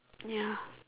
ya